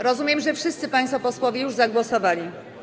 Rozumiem, że wszyscy państwo posłowie już zagłosowali.